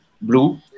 blue